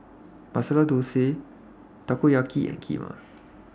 Masala Dosa Takoyaki and Kheema